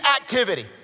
activity